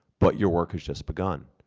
but your work has just begun.